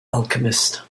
alchemist